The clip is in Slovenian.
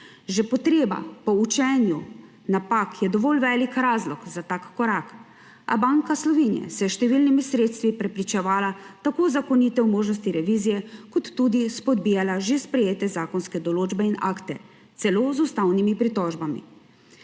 Že potreba po učenju iz napak je dovolj velik razlog za tak korak, a Banka Slovenije je s številnimi sredstvi preprečevala tako uzakonitev možnosti revizije kot tudi spodbijala že sprejete zakonske določbe in akte – celo z ustavnimi pritožbami.